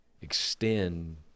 extend